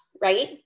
right